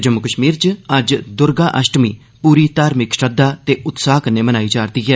जम्मू कश्मीर च अज्ज द्र्गा अष्टमी पूरी धार्मिक श्रद्धा ते उत्साह कन्नै मनाई जा'रदी ऐ